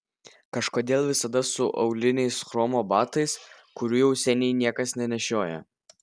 kažkodėl visada su auliniais chromo batais kurių jau seniai niekas nenešioja